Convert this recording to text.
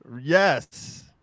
Yes